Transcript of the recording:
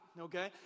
okay